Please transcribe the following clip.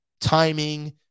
timing